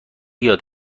یاد